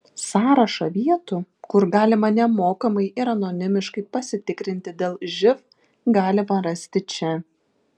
sąrašą vietų kur galima nemokamai ir anonimiškai pasitikrinti dėl živ galima rasti čia